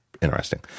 interesting